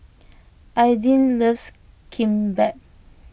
Aidyn loves Kimbap